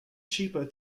cheaper